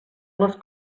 les